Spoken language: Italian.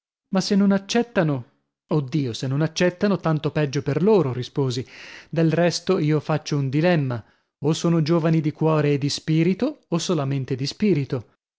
ma se non accettano oh dio se non accettano tanto peggio per loro risposi del resto io faccio un dilemma o sono giovani di cuore e di spirito o solamente di spirito